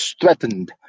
threatened